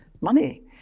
money